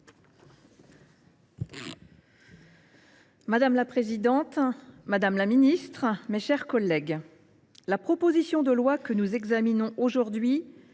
Madame la présidente, madame la ministre, mes chers collègues, la proposition de loi que nous examinons aujourd’hui